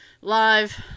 live